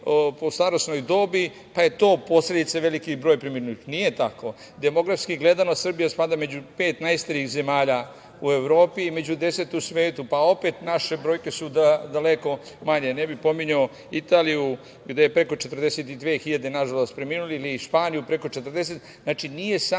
su stariji ljudi pa je to posledica velikog broja preminulih. Nije tako. Demografski gledano, Srbija spada među pet najstarijih zemalja u Evropi i među deset u svetu, pa opet naše brojke su daleko manje. Ne bih pominjao Italiju, gde je preko 42.000 nažalost preminulih, Španiju, preko 40.000. Znači, nije samo